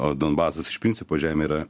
o donbasas iš principo žemė yra